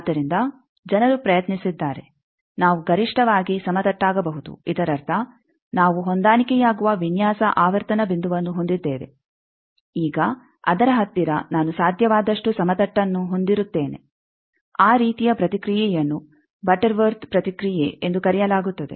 ಆದ್ದರಿಂದ ಜನರು ಪ್ರಯತ್ನಿಸಿದ್ದಾರೆ ನಾವು ಗರಿಷ್ಟವಾಗಿ ಸಮತಟ್ಟಾಗಬಹುದು ಇದರರ್ಥ ನಾವು ಹೊಂದಾಣಿಕೆಯಾಗುವ ವಿನ್ಯಾಸ ಆವರ್ತನ ಬಿಂದುವನ್ನು ಹೊಂದಿದ್ದೇವೆ ಈಗ ಅದರ ಹತ್ತಿರ ನಾನು ಸಾಧ್ಯವಾದಷ್ಟು ಸಮತಟ್ಟನ್ನು ಹೊಂದಿರುತ್ತೇನೆ ಆ ರೀತಿಯ ಪ್ರತಿಕ್ರಿಯೆಯನ್ನು ಬಟರ್ ವರ್ತ್ ಪ್ರತಿಕ್ರಿಯೆ ಎಂದು ಕರೆಯಲಾಗುತ್ತದೆ